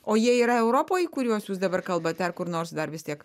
o jie yra europoj į kuriuos jūs dabar kalbat ar kur nors dar vis tiek